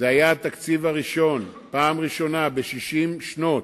זה היה התקציב הראשון, פעם ראשונה בשישים שנות,